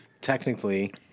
technically